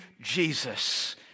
Jesus